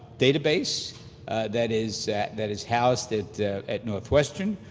database that is that is housed at at northwestern.